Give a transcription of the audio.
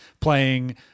playing